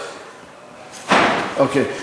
אוקיי.